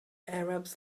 arabs